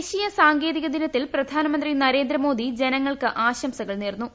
ദേശീയ സാങ്കേതിക ദിനത്തിൽ പ്രധാനമന്ത്രി നരേന്ദ്രമോദി ജനങ്ങൾക്ക് ആശംസകൾ നേർന്നു